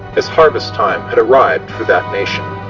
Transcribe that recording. as harvest time had arrived for that nation.